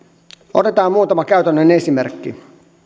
otetaan muutama käytännön esimerkki